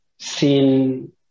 seen